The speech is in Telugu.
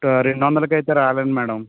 రెండొందలకి అయితే రాలేను మ్యాడమ్